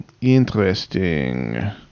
Interesting